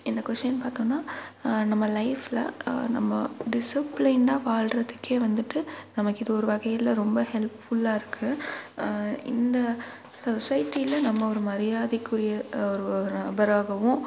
இந்த கொஷின் பார்த்தோனா நம்ம லைஃபில் நம்ம டிசிப்ளின்னாக வாழுறதுக்கே வந்துட்டு நமக்கு இது ஒரு வகையில் ரொம்ப ஹெல்ப்ஃபுல்லாக இருக்குது இந்த சொசைட்டியில் நம்ம ஒரு மரியாதைக்குரிய ஒரு ஒரு நபராகவும்